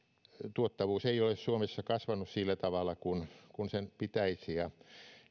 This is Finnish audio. tuottavuus ei ole suomessa kasvanut sillä tavalla kuin sen pitäisi ja